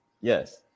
yes